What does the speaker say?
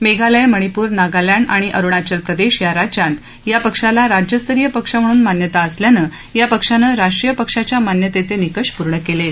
मेघालय मणीपूर नागालँड आणि अरुणाचल प्रदेश या राज्यात या पक्षाला राज्यस्तरीय पक्ष म्हणून मान्यता असल्यानं या पक्षानं राष्ट्रीय पक्षाच्या मान्यतेचे निकष पूर्ण केले आहेत